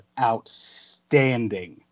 outstanding